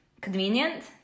convenient